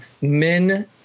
men